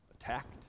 attacked